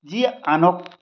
যি আনক